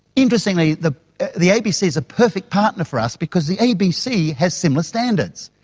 interestingly the the abc is a perfect partner for us because the abc has similar standards.